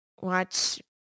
watch